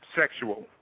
sexual